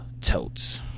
totes